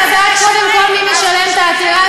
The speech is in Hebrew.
אני רציתי לדעת קודם כול מי משלם את העתירה,